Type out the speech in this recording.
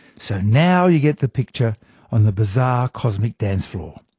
so now you get the picture on the bizarre cosmic dancefloor.